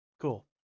cool